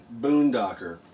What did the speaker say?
boondocker